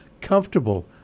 comfortable